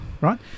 right